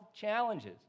challenges